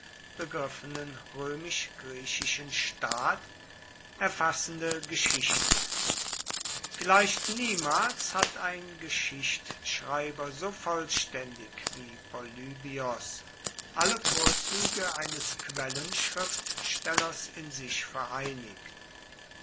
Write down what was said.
begriffenen römisch griechischen staat erfassende geschichte vielleicht niemals hat ein geschichtschreiber so vollständig wie polybios alle vorzüge eines quellenschriftstellers in sich vereinigt